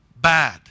bad